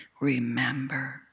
remember